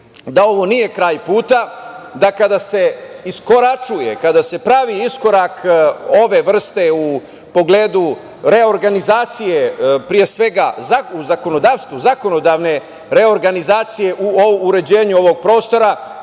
da ovo nije kraj puta, da kada se iskoračuje, kada se pravi iskorak ove vrste u pogledu reorganizacije, pre svega u zakonodavstvu, zakonodavne reorganizacije u uređenju ovog prostora,